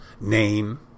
name